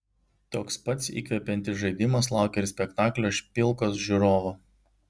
toks pats įkvepiantis žaidimas laukia ir spektaklio špilkos žiūrovo